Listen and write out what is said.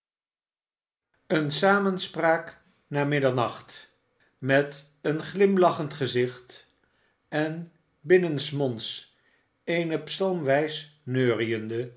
eene samenspraak na middernacht met een glimlachend gezicht en binnensmonds eene psalmwijs neuriende